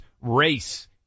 race